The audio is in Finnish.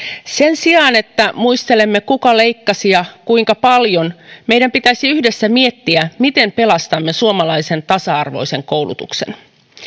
sen sijaan että muistelemme kuka leikkasi ja kuinka paljon meidän pitäisi yhdessä miettiä miten pelastamme suomalaisen tasa arvoisen koulutuksen